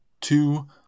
two